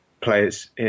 players